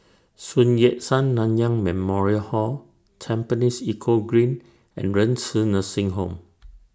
Sun Yat Sen Nanyang Memorial Hall Tampines Eco Green and Renci Nursing Home